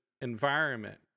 environment